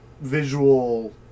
visual